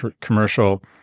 commercial